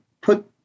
put